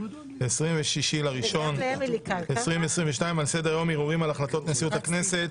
26 בינואר 2022. על סדר-היום: ערעורים על החלטות נשיאות הכנסת